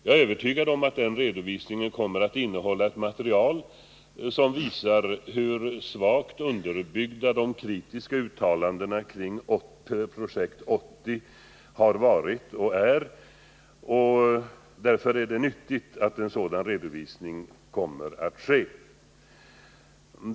Jag är övertygad om att denna redovisning kommer att innehålla ett material, som visar hur svagt underbyggda de kritiska uttalandena kring Projekt 80 har varit och är. Därför är det nyttigt att en sådan redovisning kommer att ges.